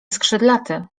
skrzydlaty